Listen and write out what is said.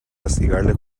castigarle